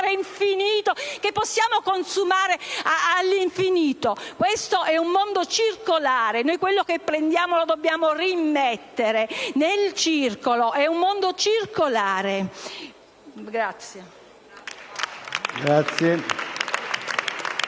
infinito che possiamo consumare senza limiti. Questo è un mondo circolare: quello che prendiamo dobbiamo reimmetterlo nel circolo. È un mondo circolare.